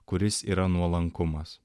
kuris yra nuolankumas